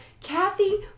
Kathy